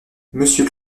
monsieur